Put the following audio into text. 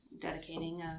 dedicating